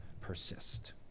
persist